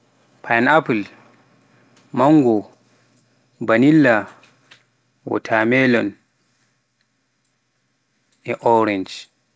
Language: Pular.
Pine apple, mango, vanilla, water melon, apple, e orange.